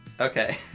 Okay